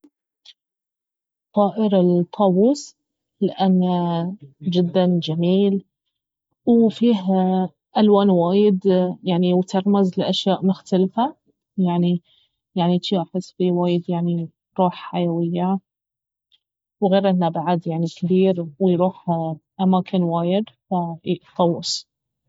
طائر الطاووس لانه جدا جميل وفيه الوان وايد يعني وترمز لاشياء مختلفة يعني يعني جي احس فيه وايد فيه روح حيوية وغير انه بعد كبير ويروح أماكن وايد فإي الطاووس